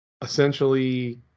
essentially